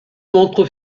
montre